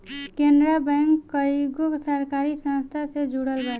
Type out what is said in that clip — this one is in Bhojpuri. केनरा बैंक कईगो सरकारी संस्था से जुड़ल बाटे